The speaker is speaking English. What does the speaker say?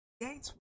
gates